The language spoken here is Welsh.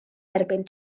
erbyn